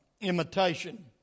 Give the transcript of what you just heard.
imitation